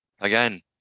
again